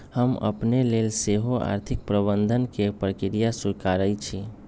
हम अपने लेल सेहो आर्थिक प्रबंधन के प्रक्रिया स्वीकारइ छी